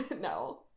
no